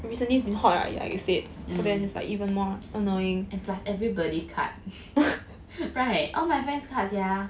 mm and plus everybody cut right all my friends cut sia